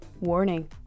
Warning